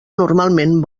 normalment